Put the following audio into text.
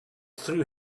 threw